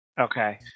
Okay